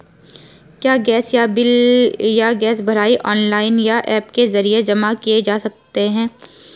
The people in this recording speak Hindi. क्या गैस का बिल या गैस भराई ऑनलाइन या ऐप के जरिये जमा किये जा सकते हैं?